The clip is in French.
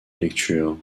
lectures